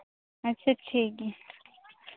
ᱟᱪᱪᱷᱟ ᱴᱷᱤᱠ ᱜᱮᱭᱟ